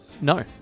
No